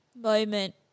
moment